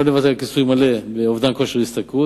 לא נוותר על כיסוי מלא באובדן כושר השתכרות.